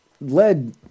Led